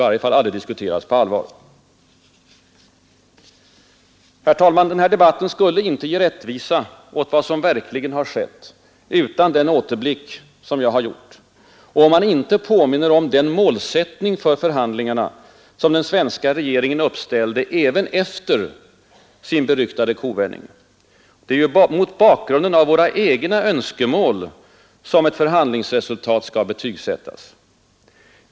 Herr talman! Den här debatten skulle inte ge rättvisa åt vad som verkligen har skett utan den återblick som jag gjort och om man inte påminner om den målsättning för förhandlingarna som den svenska regeringen uppställde även efter sin beryktade kovändning. Det är ju mot bakgrunden av våra egna önskemål som resultatet av förhandlingarna skall betygsättas.